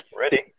ready